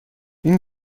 این